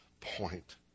point